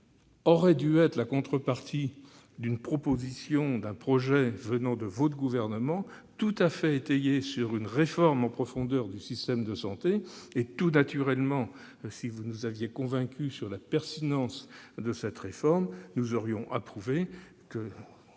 aurait dû être la contrepartie d'une proposition ou d'un projet de votre gouvernement, reposant sur une réforme en profondeur du système de santé. Naturellement, si vous nous aviez convaincus de la pertinence de cette réforme, nous aurions approuvé que